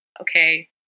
okay